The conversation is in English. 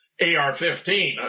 AR-15